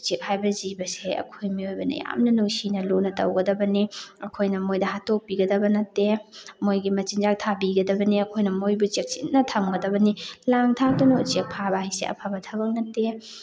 ꯎꯆꯦꯛ ꯍꯥꯏꯕ ꯖꯤꯕꯁꯦ ꯑꯩꯈꯣꯏ ꯃꯤꯑꯣꯏꯕꯅ ꯌꯥꯝꯅ ꯅꯨꯡꯁꯤꯅ ꯂꯨꯅ ꯇꯧꯒꯗꯕꯅꯤ ꯑꯩꯈꯣꯏꯅ ꯃꯣꯏꯗ ꯍꯥꯠꯇꯣꯛꯄꯤꯒꯗꯕ ꯅꯠꯇꯦ ꯃꯣꯏꯒꯤ ꯃꯆꯤꯟꯖꯥꯛ ꯊꯥꯕꯤꯒꯗꯕꯅꯤ ꯑꯩꯈꯣꯏꯅ ꯃꯣꯏꯕꯨ ꯆꯦꯛꯁꯤꯟꯅ ꯊꯝꯒꯗꯕꯅꯤ ꯂꯥꯡ ꯊꯥꯛꯇꯨꯅ ꯎꯆꯦꯛ ꯐꯥꯕ ꯍꯥꯏꯁꯦ ꯑꯐꯕ ꯊꯕꯛ ꯅꯠꯇꯦ